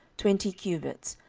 twenty cubits,